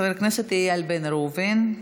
חבר הכנסת איל בן ראובן,